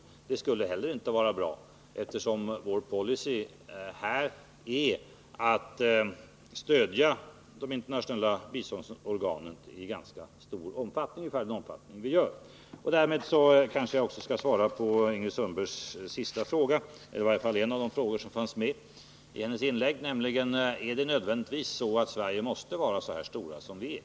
Men detta skulle inte heller vara bra, eftersom vår policy är att stödja de internationella biståndsorganen, i varje fall i den nuvarande omfattningen. Sedan skall jag kanske också svara på Ingrid Sundbergs fråga om Sverige nödvändigtvis måste ge så stora bidrag.